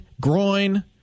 groin